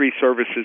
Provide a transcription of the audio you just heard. services